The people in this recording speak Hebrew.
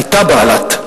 היתה בעלת,